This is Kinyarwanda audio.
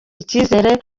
ikizere